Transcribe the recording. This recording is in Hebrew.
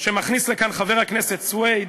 שמכניס לכאן חבר הכנסת סוייד,